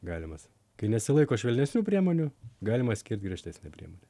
galimas kai nesilaiko švelnesnių priemonių galima skirt griežtesnę priemonę